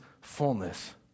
fullness